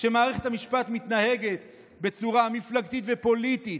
כשמערכת המשפט מתנהגת בצורה מפלגתית ופוליטית,